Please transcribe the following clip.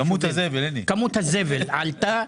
כמות הזבל עלתה.